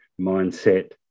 mindset